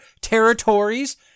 territories